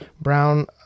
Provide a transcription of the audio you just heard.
Brown